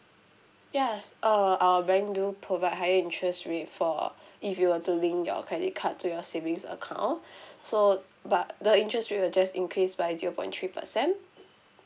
yes oh err our bank do provide higher interest rate for if you are to link your credit card to your savings account so but the interest it will just increase by zero point three percent